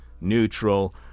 neutral